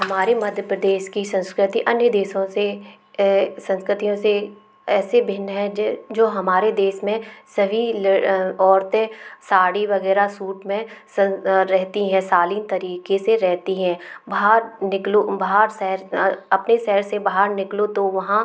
हमारे मध्य प्रदेश की संस्कृति अन्य देशों से संस्कृतियों से ऐसे भिन्न है जे जो हमारे देश में सभी औरतें साड़ी वग़ैरह सूट में रहती हैं शालीन तरीक़े से रहती हैं बाहर निकलो बाहर शहर अपने शहर से बाहर निकलो तो वहाँ